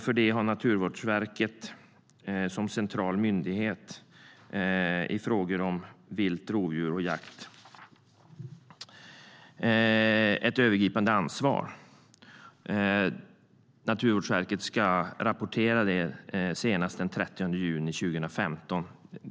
För det har Naturvårdsverket som central myndighet för frågor om vilt, rovdjur och jakt ett övergripande ansvar. Naturvårdsverket ska lämna sin rapport senast den 30 juni 2015.